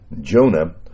Jonah